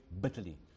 bitterly